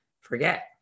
forget